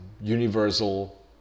universal